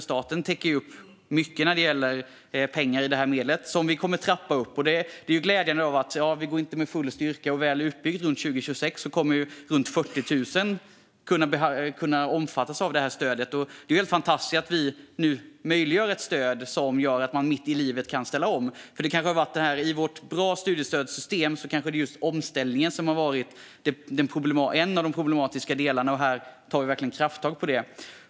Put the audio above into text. Staten täcker upp med mycket pengar i de här medlen, som vi kommer att trappa upp. Vi går inte med full styrka nu, men när stödet väl är utbyggt runt 2026 kommer runt 40 000 att kunna omfattas av det, vilket är glädjande. Det är fantastiskt att vi nu möjliggör att ställa om mitt i livet. Vi har ett bra studiestödssystem, men just omställningen har kanske varit en av de problematiska delarna, och här tar vi verkligen ett krafttag om det.